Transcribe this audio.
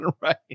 right